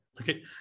Okay